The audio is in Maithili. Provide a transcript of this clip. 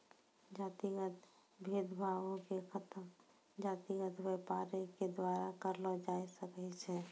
जातिगत भेद भावो के खतम जातिगत व्यापारे के द्वारा करलो जाय सकै छै